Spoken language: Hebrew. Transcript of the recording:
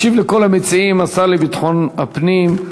ישיב לכל המציעים השר לביטחון הפנים,